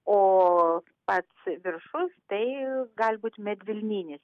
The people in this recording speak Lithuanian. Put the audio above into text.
o pats viršus tai gali būt medvilninis